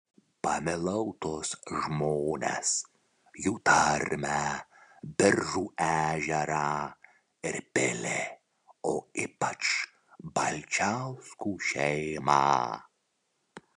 pamilau tuos žmones jų tarmę biržų ežerą ir pilį o ypač balčiauskų šeimą